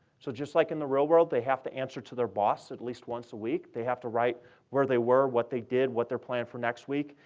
so just like in the real world, they have to answer to their boss at least once a week. they have to write where they were, what they did, what their plan for next week,